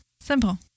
simple